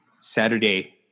Saturday